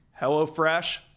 HelloFresh